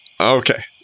Okay